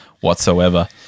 whatsoever